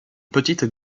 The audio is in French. petite